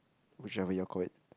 whichever you call it